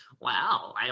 wow